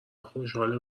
خوشحال